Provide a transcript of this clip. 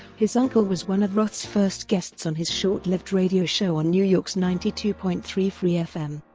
his uncle was one of roth's first guests on his short-lived radio show on new york's ninety two point three free-fm.